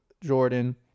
Jordan